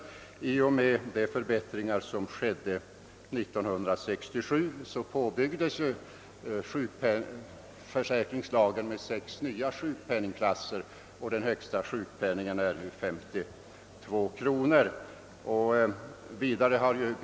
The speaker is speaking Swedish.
I och med de förbättringar som infördes år 1967 påbyggdes sjukförsäkringen med sex nya sjuk penningklasser; det högsta sjukpenningbeloppet är nu 52 kronor, och karensdagarna har tagits bort.